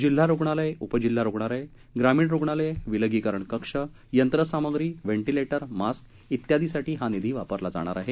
जिल्हा रूग्णालय उपजिल्हा रूग्णालय ग्रामीण रुग्णालय विलगीकरणकक्ष यंत्रसाम्ग्री व्हेंटिलेटरमास्क इत्यादीसाठी हा निधी वापरला जाणार आहे